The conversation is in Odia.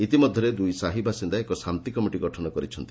ଇତିମଧ୍ଧରେ ଦୁଇ ସାହି ବାସିନ୍ଦା ଏକ ଶାନ୍ତିକମିଟି ଗଠନ କରିଛନ୍ତି